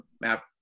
map